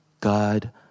God